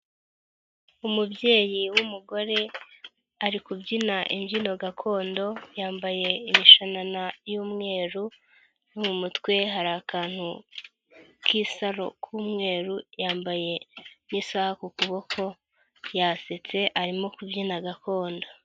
Umubyeyi w'umugore, ari kubyina imbyino gakondo yambaye ibishanana y'umweru no mu mutwe hari akantu k'isaro k'umweru, yambaye n'isaha ku kuboko yasetse arimo kubyina gakondo.